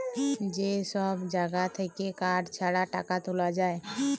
যে সব জাগা থাক্যে কার্ড ছাড়া টাকা তুলা যায়